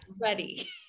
ready